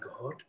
God